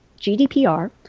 GDPR